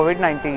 COVID-19